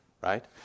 right